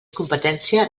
competència